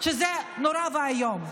זה נורא ואיום.